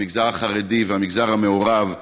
המגזר החרדי והמגזר המעורב.